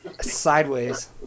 sideways